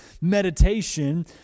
meditation